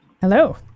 Hello